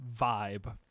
vibe